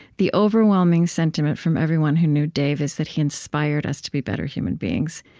the overwhelming sentiment from everyone who knew dave is that he inspired us to be better human beings,